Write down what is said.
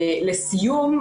לסיום,